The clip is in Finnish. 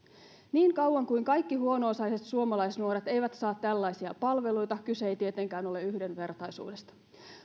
niin kauan kuin kaikki huono osaiset suomalaisnuoret eivät saa tällaisia palveluita kyse ei tietenkään ole yhdenvertaisuudesta